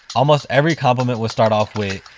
almost every compliment would start off with,